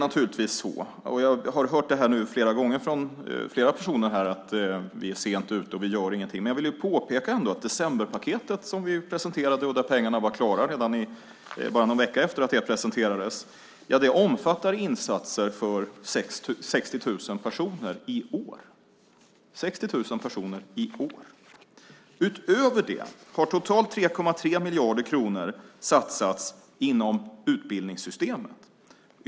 Jag har hört flera gånger från flera personer här att vi är sent ute och att vi inte gör någonting. Men jag vill påpeka att decemberpaketet, som vi presenterade och där pengarna var klara redan någon vecka efter att det presenterades, omfattar insatser för 60 000 personer i år. Utöver det har totalt 3,3 miljarder kronor satsats inom utbildningssystemet.